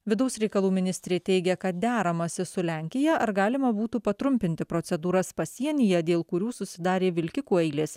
vidaus reikalų ministrė teigė kad deramasi su lenkija ar galima būtų patrumpinti procedūras pasienyje dėl kurių susidarė vilkikų eilės